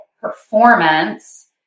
performance